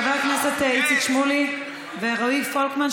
חבר הכנסת איציק שמולי ורועי פולקמן,